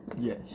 Yes